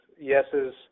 yeses